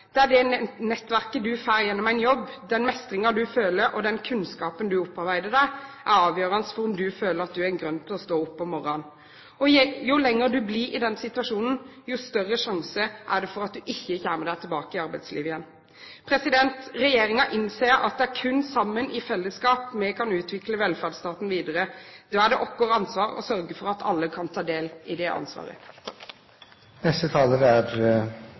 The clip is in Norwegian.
de blir der. Det nettverket du får gjennom en jobb, den mestringen du føler, og den kunnskapen du opparbeider deg, er avgjørende for om du føler at du har en grunn til å stå opp om morgenen. Jo lenger du blir i den situasjonen, jo større sjanse er det for at du ikke kommer deg tilbake i arbeidslivet igjen. Regjeringen innser at det kun er sammen, i fellesskap, vi kan utvikle velferdsstaten videre. Da er det vårt ansvar å sørge for at alle kan ta del i det